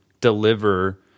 deliver